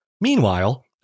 Meanwhile